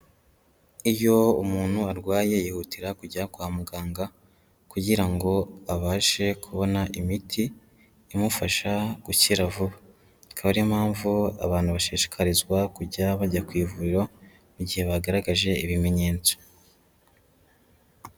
Iyo umuntu arwaye yihutira kujya kwa muganga kugira ngo abashe kubona imiti imufasha gukira vuba, akaba ariyo mpamvu abantu bashishikarizwa kujya bajya ku ivuriro mu gihe bagaragaje ibimenyetso.